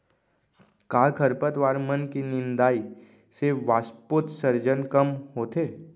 का खरपतवार मन के निंदाई से वाष्पोत्सर्जन कम होथे?